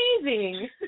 amazing